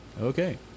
Okay